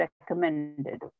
recommended